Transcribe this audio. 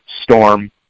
storm